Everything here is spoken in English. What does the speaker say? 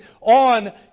on